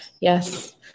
Yes